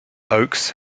oaks